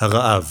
הרעב